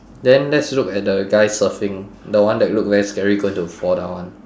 then let's look at the guy surfing the one that look very scary going to fall down [one]